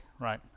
Right